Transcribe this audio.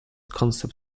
concept